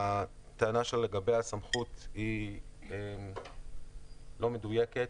הטענה שלו לגבי הסמכות היא לא מדויקת.